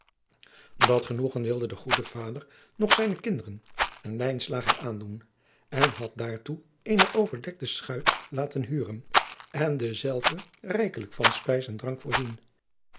dat genoegen wilde de goede vader nog zijnen kinderen en lijnslager aandoen en had daartoe eene overdekte schuit laten huren en dezelve rijkelijk van spijs en drank voorzien